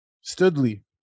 studley